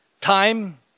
Time